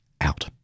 out